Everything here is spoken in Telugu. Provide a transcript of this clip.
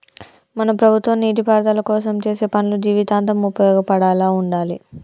మన ప్రభుత్వం నీటిపారుదల కోసం చేసే పనులు జీవితాంతం ఉపయోగపడేలా ఉండాలి